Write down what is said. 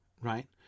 right